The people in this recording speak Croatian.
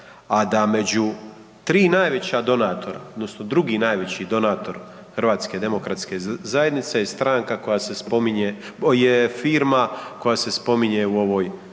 a da među 3 najveća donatora odnosno drugi najveći donator HDZ-a je stranka koja se spominje, je firma koja se spominje u ovoj